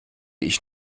ich